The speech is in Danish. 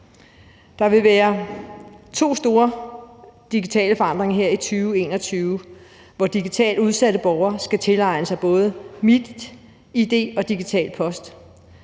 Der vil være to store digitale forandringer her i 2021, hvor digitalt udsatte borgere skal tilegne sig både MitID og Digital Post.